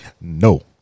No